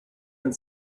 and